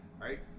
Right